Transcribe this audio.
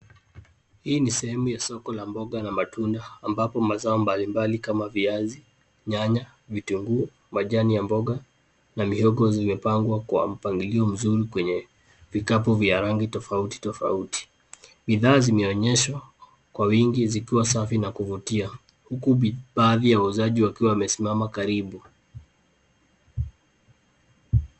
Hii ni sehemu ya soko la mboga na matunda, ambapo mazao mbali mbali kama viazi, nyanya, vitunguu, majani ya mboga, na mihogo, zimepangwa kwa mpangilio mzuri kwenye vikapu vya rangi tofauti tofauti. Bidhaa zimeonyeshwa kwa wingi zikiwa safi na kuvutia, huku baadhi ya wauzaji wakiwa wamesimama karibu.